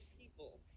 people